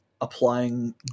applying